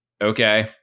okay